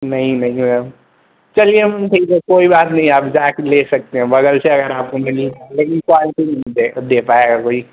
नहीं नहीं मैम चलिए मैम ठीक है कोई बात नहीं आप जाकर ले सकते हैं बग़ल से अगर आपको लेकिन क्वाल्टी नहीं दे दे पाएगा कोई